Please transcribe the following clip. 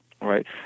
right